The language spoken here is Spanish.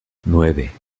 nueve